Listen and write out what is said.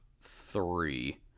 three